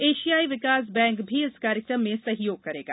एशियाई विकास बैंक भी इस कार्यक्रम में सहयोग करेगा